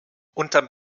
unterm